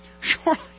surely